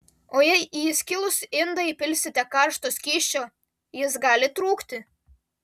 o jei į įskilusį indą įpilsite karšto skysčio jis gali trūkti